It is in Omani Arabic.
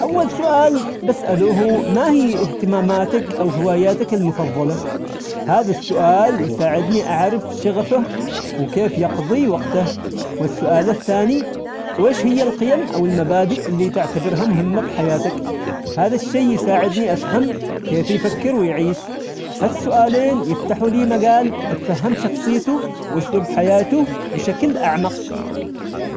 أول سؤال بسأله هو ما هي اهتماماتك أو هواياتك المفظلة؟ هذا السؤال يساعدني أعرف شغفه، وكيف يقضي وقته، والسؤال الثاني ايش هي القيم أو المبادئ اللي تعتبرها مهمة بحياتك؟ هذا الشي يساعدني أفهم كيف يفكر ويعيش، هالسؤالين يفتحوا لي مجال أتفهم شخصيته وأسلوب حياته بشكل أعمق.